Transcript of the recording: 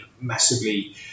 massively